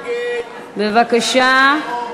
בבקשה,